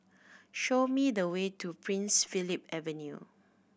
show me the way to Prince Philip Avenue